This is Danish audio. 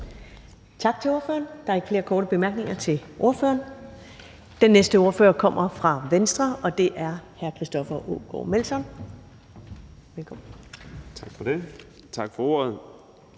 Tak til ordføreren. Der er ikke flere korte bemærkninger til ordføreren. Den næste ordfører kommer fra Venstre, og det er hr. Christoffer Aagaard Melson. Velkommen. Kl. 12:07 (Ordfører)